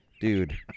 Dude